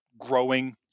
growing